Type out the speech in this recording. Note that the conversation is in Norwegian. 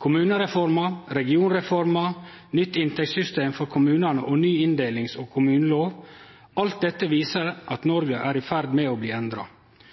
Kommunereforma, regionreforma, nytt inntektssystem for kommunane og ny inndelings- og kommunelov viser at Noreg er i ferd med å bli endra.